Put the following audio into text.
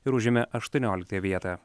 ir užėmė aštuonioliktąją vietą